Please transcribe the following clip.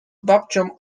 babcią